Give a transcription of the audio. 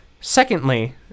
Secondly